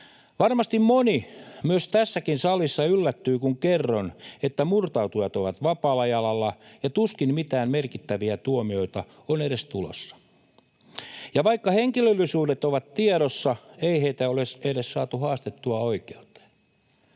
Varmasti moni myös tässäkin salissa yllättyy, kun kerron, että murtautujat ovat vapaalla jalalla ja tuskin mitään merkittäviä tuomioita on edes tulossa. Ja vaikka henkilöllisyydet ovat tiedossa, ei heitä ole edes saatu haastettua oikeuteen.